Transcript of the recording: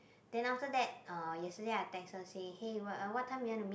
then after that uh yesterday I text her say hey what uh what time you wanna meet